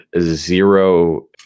zero